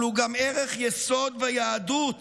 אבל הוא גם ערך יסוד ביהדות,